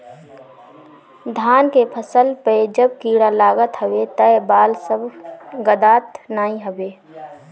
धान के फसल पअ जब कीड़ा लागत हवे तअ बाल सब गदात नाइ हवे